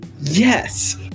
Yes